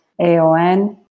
AON